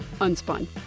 Unspun